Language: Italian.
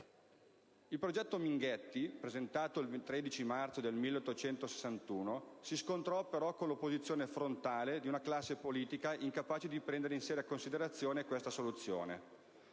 Il progetto Minghetti, presentato il 13 marzo del 1861, si scontrò però con l'opposizione frontale di una classe politica incapace di prendere in seria considerazione questa soluzione.